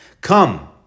Come